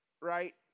right